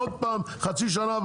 ועוד פעם חצי שנה,